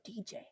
DJ